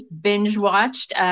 binge-watched